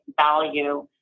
value